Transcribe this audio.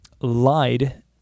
lied